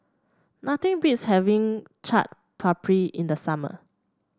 nothing beats having Chaat Papri in the summer